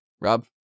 Rob